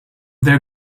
their